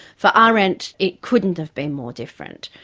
for ah arendt it couldn't have been more different.